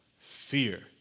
fear